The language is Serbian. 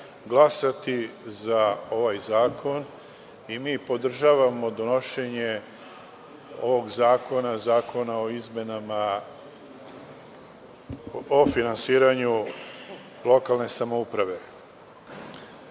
glasati za ovaj zakon i mi podržavamo donošenje ovog zakona, Zakona o izmenama o finansiranju lokalne samouprave. Naravno